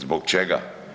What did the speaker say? Zbog čega?